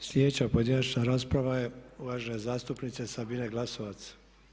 Hvala sljedeća pojedinačna rasprava je uvažene zastupnice Sabine Glasovac.